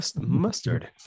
mustard